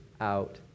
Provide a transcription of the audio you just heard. out